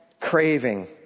craving